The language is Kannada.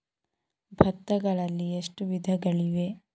ಭತ್ತಗಳಲ್ಲಿ ಎಷ್ಟು ವಿಧಗಳಿವೆ?